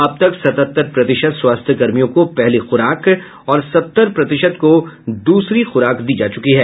अब तक सतहत्तर प्रतिशत स्वास्थ्यकर्मियों को पहली ख्राक और सत्तर प्रतिशत को दूसरी खुराक दी जा चुकी है